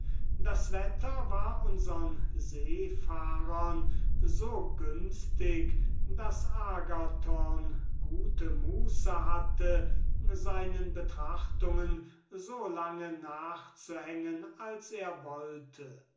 das wetter war unsern seefahrern so günstig daß agathon gute muße hatte seinen betrachtungen so lange nachzuhängen als er wollte